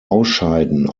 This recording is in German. ausscheiden